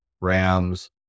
Rams